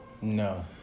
No